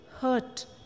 hurt